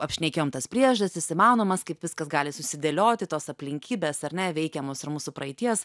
apšnekėjom tas priežastis įmanomas kaip viskas gali susidėlioti tos aplinkybės ar ne veikia mus ir mūsų praeities